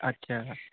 আচ্ছা